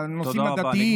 בנושאים הדתיים, תודה רבה.